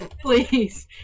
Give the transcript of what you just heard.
please